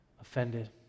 offended